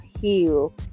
heal